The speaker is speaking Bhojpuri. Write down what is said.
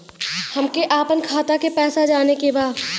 हमके आपन खाता के पैसा जाने के बा